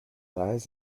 lies